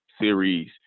series